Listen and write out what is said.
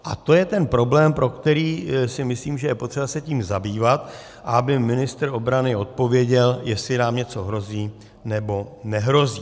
A to je ten problém, pro který si myslím, že je potřeba se tím zabývat, a aby ministr obrany odpověděl, jestli nám něco hrozí, nebo nehrozí.